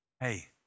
hey